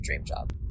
dreamjob